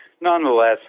nonetheless